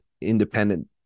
independent